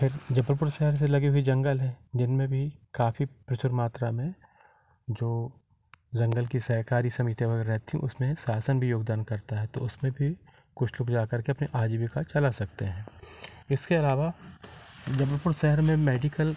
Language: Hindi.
फिर जबलपुर सहेर से लगे हुए जंगल हैं जिनमें भी काफी प्रचुर मात्रा में जो जंगल की सहकारी समितियाँ वगैरह रहती हैं उसमें शासन भी योगदान करता है तो उसमें भी कुछ लोग जाकर के अपनी आजीविका चला सकते हैं इसके अलावा जबलपुर शहर में मेडिकल